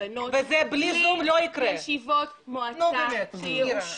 להיבנות ויאושרו בישיבות מועצה בתב"רים.